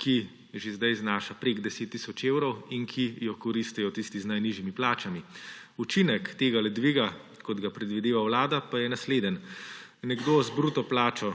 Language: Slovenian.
ki že zdaj znaša preko 10 tisoč evrov, in ki jo koristijo tisti z najnižjimi plačami. Učinek tegale dviga, kot ga predvideva Vlada, pa je naslednji: nekdo z bruto plačo